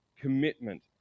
commitment